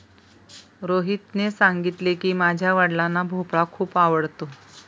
रोहितने सांगितले की, माझ्या वडिलांना भोपळा खूप आवडतो